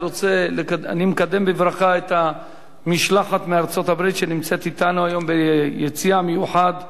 אני מקדם בברכה את המשלחת מארצות-הברית שנמצאת אתנו היום ביציע המיוחד,